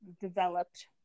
Developed